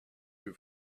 you